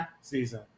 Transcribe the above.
season